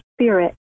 spirit